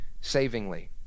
savingly